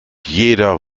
jeder